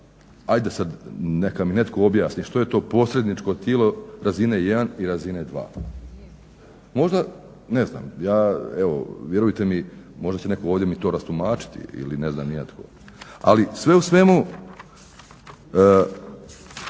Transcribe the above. Ajde sad neka mi netko objasni što je to posredničko tijelo razine 1 i razine 2. Možda, ne znam, ja vjerujte mi, možda će netko ovdje mi to rastumačiti ili ne znam ni ja tko. Ali sve u svemu,